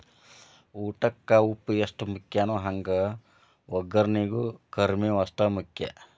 ಊಟಕ್ಕ ಉಪ್ಪು ಎಷ್ಟ ಮುಖ್ಯಾನೋ ಹಂಗ ವಗ್ಗರ್ನಿಗೂ ಕರ್ಮೇವ್ ಅಷ್ಟ ಮುಖ್ಯ